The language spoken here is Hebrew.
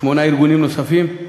שמונה ארגונים נוספים.